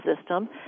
system